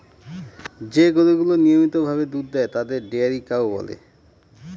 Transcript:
যে গরুগুলা নিয়মিত ভাবে দুধ দেয় তাদের ডেয়ারি কাউ বলে